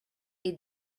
est